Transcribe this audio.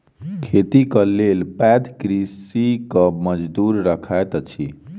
खेतीक लेल पैघ कृषक मजदूर रखैत अछि